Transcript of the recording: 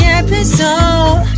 episode